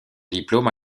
diplôme